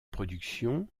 production